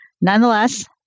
Nonetheless